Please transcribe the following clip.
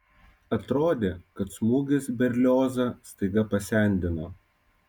atrodė kad smūgis berliozą staiga pasendino